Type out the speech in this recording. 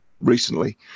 recently